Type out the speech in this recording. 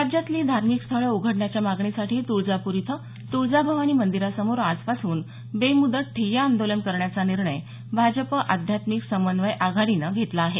राज्यातली धार्मिक स्थळं उघडण्याच्या मागणीसाठी तुळजापूर इथं तुळजाभवानी मंदिरासमोर आजपासून बेमुदत ठिय्या आंदोलन करण्याचा निर्णय भाजप आध्यात्मिक समन्वय आघाडीने घेतला आहे